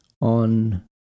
on